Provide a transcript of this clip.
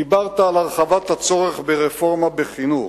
דיברת על הצורך בהרחבת הרפורמה בחינוך,